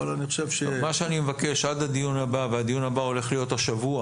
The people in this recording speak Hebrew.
אני מבקש שעד הדיון הבא והדיון הבא הולך להיות השבוע,